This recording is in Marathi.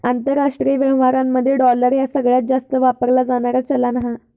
आंतरराष्ट्रीय व्यवहारांमध्ये डॉलर ह्या सगळ्यांत जास्त वापरला जाणारा चलान आहे